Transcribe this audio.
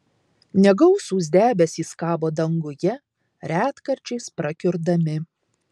negausūs debesys kabo danguje retkarčiais prakiurdami